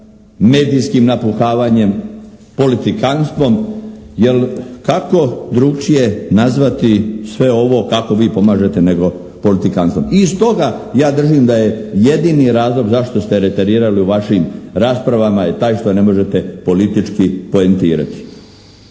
medijskim napuhavanjem, politikanstvom jer kako drugačije nazvati sve ovo kako vi pomažete nego politikanstvom. I stoga ja držim da jedini razlog zašto ste reterirali u vašim raspravama je taj što ne možete politički poentirati.